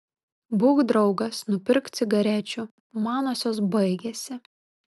būk draugas nupirk cigarečių manosios baigėsi